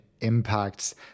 impacts